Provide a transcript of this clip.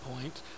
point